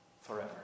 forever